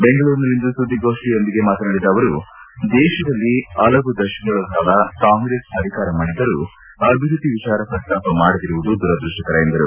ಬೆಂಗಳೂರಿನಲ್ಲಿಂದು ಸುದ್ವಿಗಾರರೊಂದಿಗೆ ಮಾತನಾಡಿದ ಅವರು ದೇಶದಲ್ಲಿ ಹಲವು ದಶಕಗಳ ಕಾಲ ಕಾಂಗ್ರೆಸ್ ಅಧಿಕಾರ ಮಾಡಿದ್ದರೂ ಅಭಿವೃದ್ದಿ ವಿಚಾರ ಪ್ರಸ್ತಾಪ ಮಾಡದಿರುವುದು ದುರುದುಷ್ಷಕರ ಎಂದರು